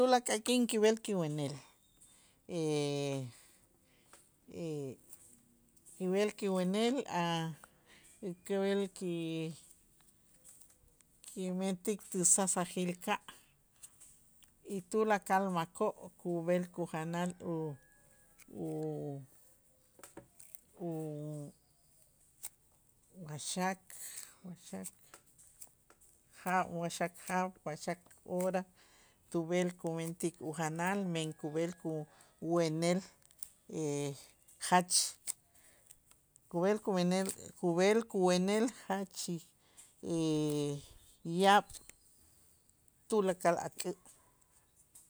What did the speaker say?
Tulakal k'in kib'el kiwenel kib'el kiwenel a' kib'el ki- kimentik tusasajil ka' y tulakal makoo' kub'el kujanal u- u- uwaxak waxak jaab' waxak jaab' waxak hora tub'el kumentik ujanal men kub'el kuwenel jach kub'el kumenel kub'el kuwenel jach yaab' tulakal ak'ä'.